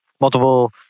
multiple